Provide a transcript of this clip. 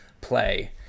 play